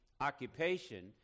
occupation